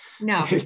No